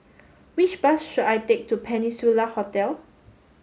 which bus should I take to Peninsula Hotel